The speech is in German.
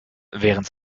während